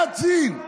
עד סין.